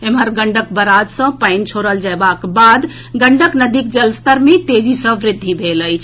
एम्हर गंडक बराज सँ पानि छोड़ल जएबाक बाद गंडक नदीक जलस्तर मे तेजी सँ वृद्धि भेल अछि